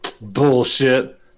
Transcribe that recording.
Bullshit